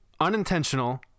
unintentional